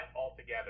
altogether